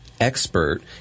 Expert